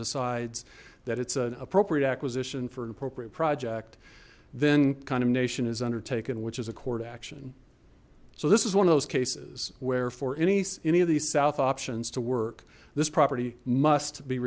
decides that it's an appropriate acquisition for an appropriate project then condemnation is undertaken which is a court action so this is one of those cases where for any any of these south options to work this property must be